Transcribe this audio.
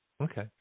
Okay